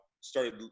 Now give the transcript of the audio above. started